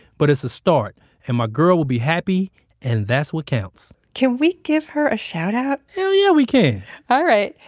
but it's a start and my girl will be happy and that's what counts. can we give her a shout out? hell yeah, yeah, we can alright.